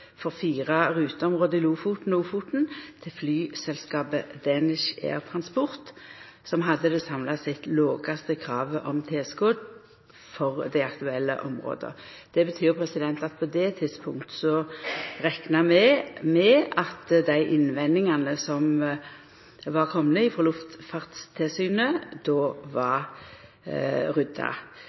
for fire ruteområde i Lofoten og Ofoten til flyselskapet Danish Air Transport, som hadde det samla sett lågaste kravet om tilskot for det aktuelle området. Det betyr at på det tidspunktet rekna vi med at dei innvendingane som var komne frå Luftfartstilsynet, var rydda